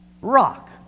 Rock